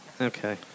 Okay